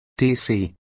DC